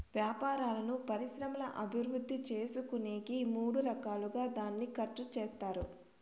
వ్యాపారాలను పరిశ్రమల అభివృద్ధి చేసుకునేకి మూడు రకాలుగా దాన్ని ఖర్చు చేత్తారు